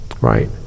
Right